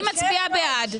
אני מצביעה בעד.